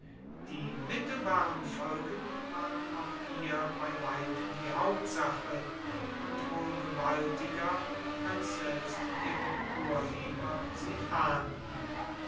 die mittelbaren folgen waren auch hier bei weitem die hauptsache und wohl gewaltiger als selbst ihre urheber sie ahnten